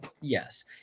Yes